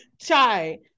chai